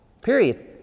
Period